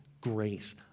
grace